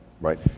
right